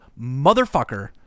motherfucker